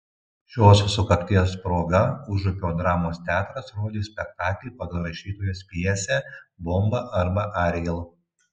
šios sukakties proga užupio dramos teatras rodys spektaklį pagal rašytojos pjesę bomba arba ariel